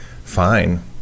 fine